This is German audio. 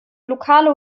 lokale